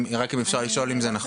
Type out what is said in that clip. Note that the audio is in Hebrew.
רק אם אפשר לשאול אם זה נכון.